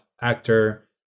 actor